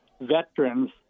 veterans